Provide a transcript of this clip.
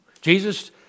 Jesus